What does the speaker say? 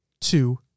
two